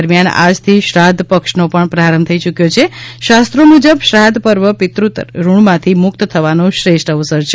દરમિયાન આજથી શ્રાદ્વ પક્ષનો પણ પ્રારંભ થઈ ચૂક્યો છે શાસ્ત્રો મુજબ શ્રાદ્ધ પર્વ પિતૃ ઋણમાંથી મુક્ત થવાનો શ્રેષ્ઠ અવસર છે